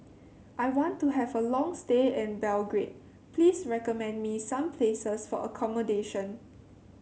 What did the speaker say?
I want to have a long stay in Belgrade please recommend me some places for accommodation